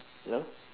hello